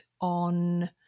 on